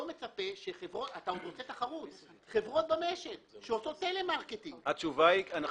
אתה לא מצפה שחברות במשק שעושות טלמרקטינג --- התשובה היא: אנחנו